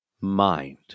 mind